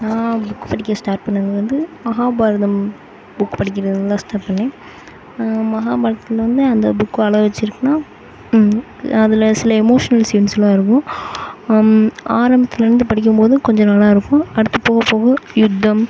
நான் புக் படிக்க ஸ்டார்ட் பண்ணிணது வந்து மகாபாரதம் புக் படிக்கிறதிலேருந்து தான் ஸ்டார்ட் பண்ணிணேன் மகாபாரத்தில் வந்து அந்த புக் அழ வச்சுருக்குன்னா அதில் சில எமோஷ்னல் சீன்ஸெலாம் இருக்கும் ஆரம்பத்திலேருந்து படிக்கும்போது கொஞ்சம் நல்லாயிருக்கும் அடுத்து போக போக யுத்தம்